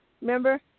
Remember